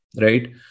Right